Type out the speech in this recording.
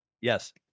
Yes